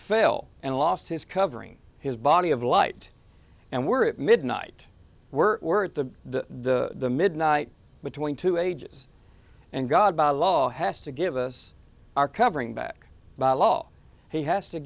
fail and lost his covering his body of light and were at midnight we're at the midnight between two ages and god by law has to give us our covering back by law he has to